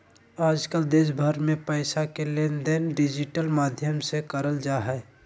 आजकल देश भर मे पैसा के लेनदेन डिजिटल माध्यम से करल जा हय